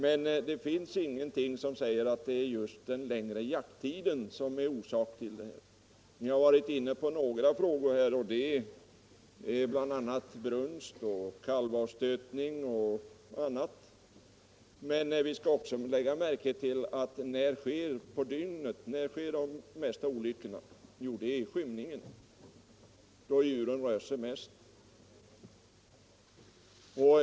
Men det finns ingenting som säger att det just är den längre jakttiden som är orsak till olyckorna. Vi har varit inne på några faktorer, t.ex. brunst, kalvavstötning och annat, men vi skall också lägga märke till en annan sak: Vid vilken tid på dygnet sker de flesta olyckorna? Jo, i skymningen då djuren rör sig mest.